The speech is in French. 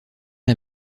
est